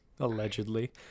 allegedly